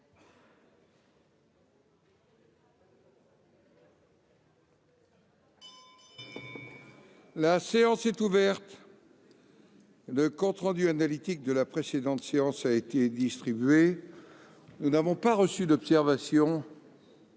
La séance est ouverte. Le compte rendu analytique de la précédente séance a été distribué. Il n'y a pas d'observation